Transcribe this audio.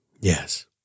Yes